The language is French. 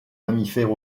mammifères